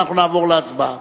אנחנו נעבור להצבעה.